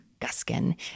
Guskin